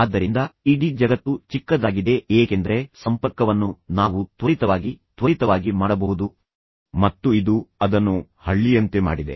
ಆದ್ದರಿಂದ ಇಡೀ ಜಗತ್ತು ಚಿಕ್ಕದಾಗಿದೆ ಏಕೆಂದರೆ ಸಂಪರ್ಕವನ್ನು ನಾವು ತ್ವರಿತವಾಗಿ ತ್ವರಿತವಾಗಿ ಮಾಡಬಹುದು ಮತ್ತು ಇದು ಅದನ್ನು ಹಳ್ಳಿಯಂತೆ ಮಾಡಿದೆ